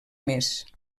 més